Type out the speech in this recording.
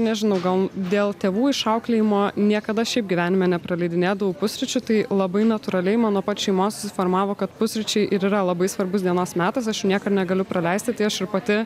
nežinau gal dėl tėvų išauklėjimo niekada šiaip gyvenime nepraleidinėdavau pusryčių tai labai natūraliai man nuo pat šeimos susiformavo kad pusryčiai ir yra labai svarbus dienos metas aš niekad negaliu praleisti tai aš ir pati